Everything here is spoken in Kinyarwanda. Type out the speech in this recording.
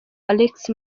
alex